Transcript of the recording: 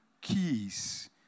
keys